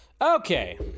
Okay